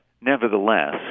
nevertheless